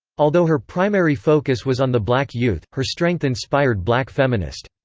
although her primary focus was on the black youth, her strength inspired black feminist.